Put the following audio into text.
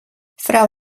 frau